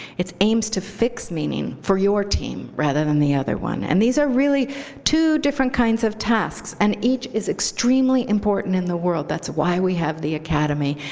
it aims to fix meaning for your team rather than the other one. and these are really two different kinds of tasks, and each is extremely important in the world. that's why we have the academy,